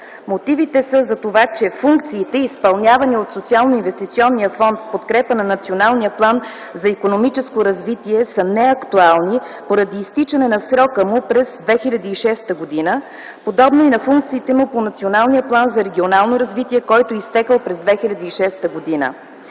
Мотивите са за това, че функциите, изпълнявани от Социалноинвестиционния фонд в подкрепа на Националния план за икономическо развитие, са неактуални поради изтичане на срока му през 2006 г., подобни на функциите му по Националния план за регионално развитие, който е изтекъл през 2006 г.